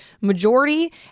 majority